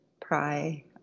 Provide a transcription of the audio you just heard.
pry